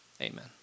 Amen